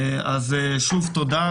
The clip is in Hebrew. שוב תודה,